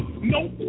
Nope